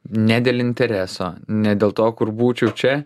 ne dėl intereso ne dėl to kur būčiau čia